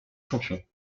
champions